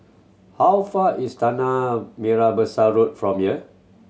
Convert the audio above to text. how far is Tanah Merah Besar Road from here